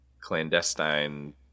clandestine